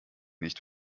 nicht